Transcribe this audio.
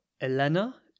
Elena